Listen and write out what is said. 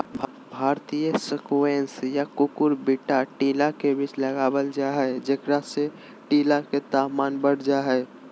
भारतीय स्क्वैश या कुकुरविता टीला के बीच लगावल जा हई, जेकरा से टीला के तापमान बढ़ जा हई